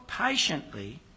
patiently